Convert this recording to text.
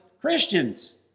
Christians